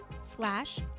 slash